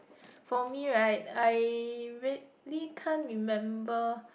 for me right I really can't remember